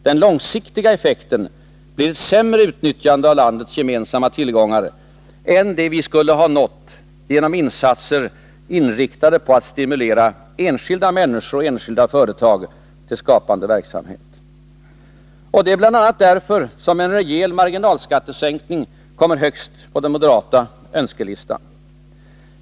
Den långsiktiga effekten blir ett sämre utnyttjande av landets gemensamma tillgångar än det vi skulle ha nått genom insatser inriktade på att stimulera enskilda människor och företag till skapande verksamhet. Det är bl.a. därför som en rejäl marginalskattesänkning kommer högst på den moderata önskelistan.